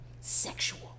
sexual